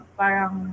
parang